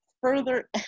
further